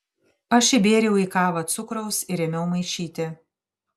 aš įbėriau į kavą cukraus ir ėmiau maišyti